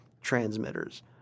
transmitters